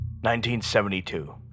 1972